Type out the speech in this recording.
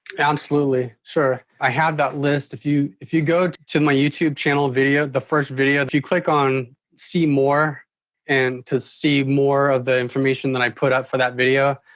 absolutely, sure! i had that list, if you if you go to my youtube channel video, the first video, if you click on show more and to see more of the information that i put up for that video,